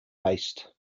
based